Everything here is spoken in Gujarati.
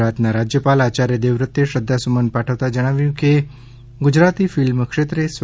ગુજરાતના રાજયપાલશ્રી આયાર્થ દેવવ્રતે શ્રધ્ધા સુમન પાઠવતા જણાવ્યુ કે ગુજરાતી ફિલ્મ ક્ષેત્રે સ્વ